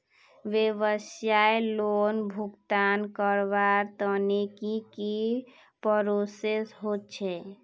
व्यवसाय लोन भुगतान करवार तने की की प्रोसेस होचे?